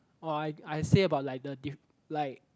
orh I I say about like the diff~ like